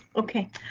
okay.